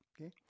okay